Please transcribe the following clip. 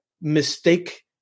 mistake